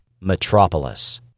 Metropolis